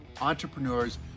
entrepreneurs